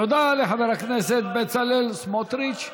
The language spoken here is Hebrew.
תודה לחבר הכנסת בצלאל סמוטריץ.